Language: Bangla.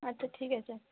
আচ্ছা ঠিক আছে